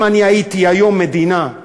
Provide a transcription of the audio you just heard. אם אני הייתי היום מדינה,